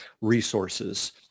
resources